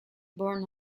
born